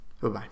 Bye-bye